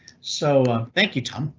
so, ah thank you tom.